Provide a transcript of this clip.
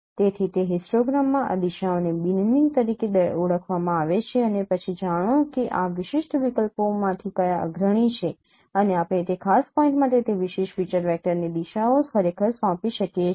તેથી તે હિસ્ટોગ્રામમાં આ દિશાઓને બીનનિંગ તરીકે ઓળખવામાં આવે છે અને પછી જાણો કે આ વિશિષ્ટ વિકલ્પોમાંથી કયા અગ્રણી છે અને આપણે તે ખાસ પોઇન્ટ માટે તે વિશેષ ફીચર વેક્ટરને તે દિશાઓ ખરેખર સોંપી શકીએ છીએ